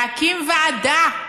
להקים ועדה,